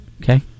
Okay